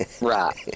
Right